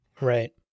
Right